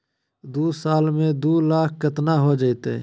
दू साल में दू लाख केतना हो जयते?